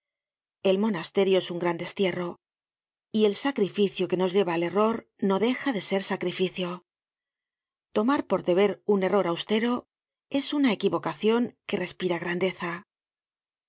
el monasterio es un gran destierro y el sacrificio que nos lleva al error no deja de ser sacrificio tomar por deber un error austero es una equivocacion que respira grandeza